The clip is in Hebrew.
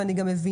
ואני גם מבינה,